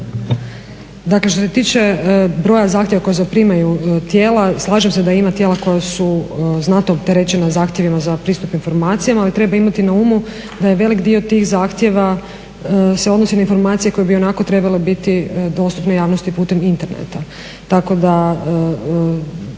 Dakle, što se tiče broja zahtjeva koja zaprimaju tijela slažem se da ima tijela koja su znatno opterećena zahtjevima za pristup informacijama. Ali treba imati na umu da je velik dio tih zahtjeva se odnosi na informacije koje bi ionako trebale biti dostupne javnosti putem interneta.